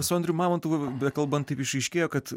su andrium mamontovu bekalbant taip išaiškėjo kad